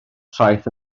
traeth